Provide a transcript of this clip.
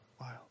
Wow